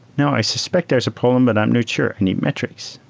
now i suspect there's a problem but i'm not sure. i need metrics.